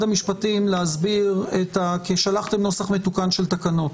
המשפטים להסביר את כי שלחתם נוסח מתוקן של תקנות?